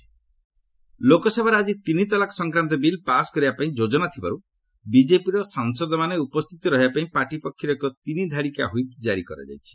LS triple talaq ଲୋକସଭାରେ ଆଜି ତିନି ତଲାକ୍ ସଂକ୍ରାନ୍ତ ବିଲ୍ ପାସ୍ କରେଇବା ପାଇଁ ଯୋଜନା ଥିବାରୁ ବିଜେପିର ସାଂସଦମାନେ ଉପସ୍ଥିତ ରହିବା ପାଇଁ ପାର୍ଟି ପକ୍ଷରୁ ଏକ ତିନିଧାଡ଼ିକିଆ ହୁଇପ୍ ଜାରି କରାଯାଇଛି